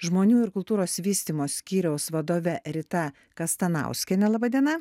žmonių ir kultūros vystymo skyriaus vadove rita kastanauskiene laba diena